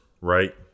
right